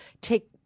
take